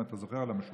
אם אתה זוכר על המשולש,